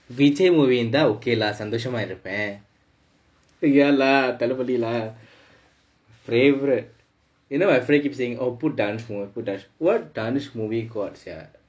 vijay movie இருந்தா:irundhaa okay lah சந்தோஷமா இருப்பேன்:santhoshamaa irruppaen ya lah தளபதி:talapathi lah favourite you know my friend keep saying oh put dance movie put dance what dance movie got sia